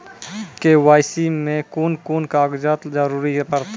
KYC मे कून कून कागजक जरूरत परतै?